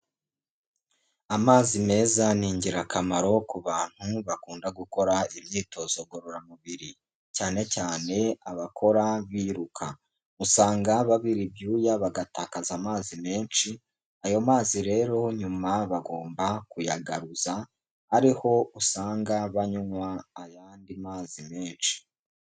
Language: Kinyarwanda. Amazi meza ni ingirakamaro ku bantu bakunda gukora imyitozo ngororamubiri, cyane cyane abakora biruka. Usanga babira ibyuya bagatakaza amazi menshi, ayo mazi rero nyuma bagomba kuyagaruza ariho usanga banywa ayandi mazi menshi.